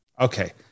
Okay